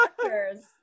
doctors